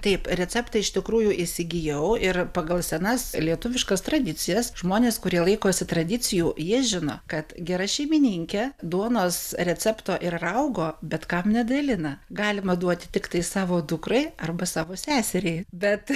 taip receptą iš tikrųjų įsigijau ir pagal senas lietuviškas tradicijas žmonės kurie laikosi tradicijų jie žino kad gera šeimininkė duonos recepto ir raugo bet kam nedalina galima duoti tiktai savo dukrai arba savo seseriai bet